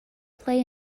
play